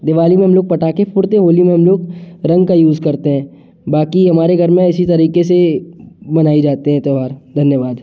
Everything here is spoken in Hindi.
दिवाली में हम लोग पटाके फोड़ते हैं होली में रंग लोग रंग का यूज़ करते हैं बाकि हमारे घर में इसी तरीके से मनाई जाते हैं त्यौहार धन्यवाद